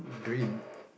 dream